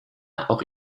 auch